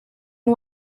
and